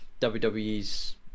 wwe's